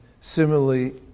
similarly